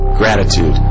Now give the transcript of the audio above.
Gratitude